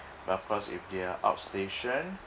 but of course if they're outstation